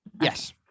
Yes